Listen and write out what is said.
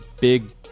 big